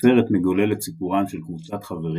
הסרט מגולל את סיפורם של קבוצת חברים